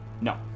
No